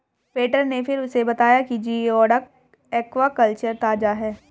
waiter ने फिर उसे बताया कि जिओडक एक्वाकल्चर ताजा है